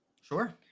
Sure